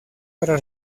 para